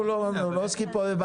אנחנו לא עוסקים פה בבג"צים.